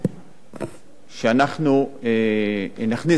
שאנחנו נכניס לבסיס התקציב את